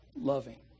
loving